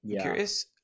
Curious